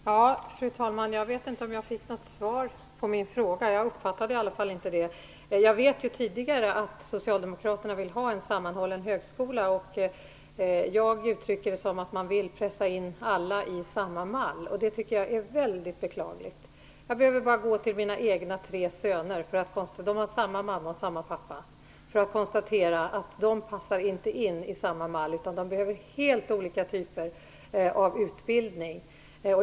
Fru talman! Jag vet inte om jag fick något svar på min fråga. Jag uppfattade i alla fall inte det. Jag vet sedan tidigare att ocialdemokraterna vill ha en sammanhållen högskola. Jag uttrycker det som att man vill pressa in alla i samma mall, och det tycker jag är beklagligt. Jag behöver bara gå till mina egna tre söner, som har samma mamma och samma pappa, för att konstatera att de inte passar in i samma mall. De behöver helt olika typer av utbildning.